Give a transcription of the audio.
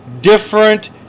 different